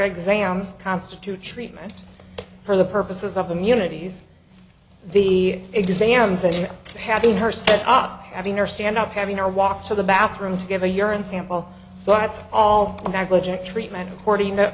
exams constitute treatment for the purposes of them unities the exams are having her set up having her stand up having her walk to the bathroom to give a urine sample but it's all negligent treatment according to